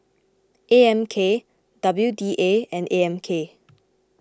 A M K W D A and A M K